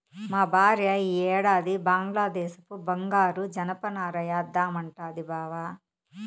మా భార్య ఈ ఏడాది బంగ్లాదేశపు బంగారు జనపనార ఏద్దామంటాంది బావ